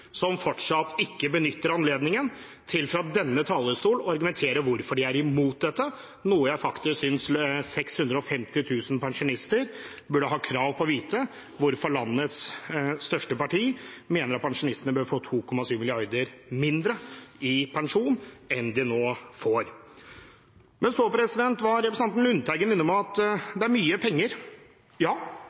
som fortsatt ikke benytter anledning til fra denne talerstolen å argumentere for hvorfor de er imot dette. Jeg synes faktisk 650 000 pensjonister burde ha krav på å vite hvorfor landets største parti mener at pensjonistene bør få 2,7 mrd. kr mindre i pensjon enn de nå får. Men så var representanten Lundteigen innom at det er mye penger. Ja,